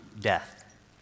death